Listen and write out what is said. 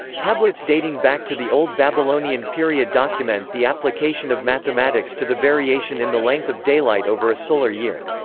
tablets dating back to the old babylonian period document the application of mathematics to the variation in the length of daylight over a solar year.